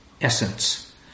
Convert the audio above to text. essence